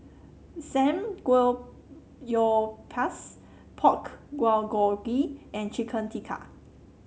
Pork Bulgogi and Chicken Tikka